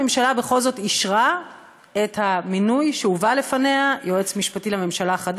הממשלה בכל זאת אישרה את המינוי שהובא בפניה: יועץ משפטי חדש לממשלה,